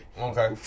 Okay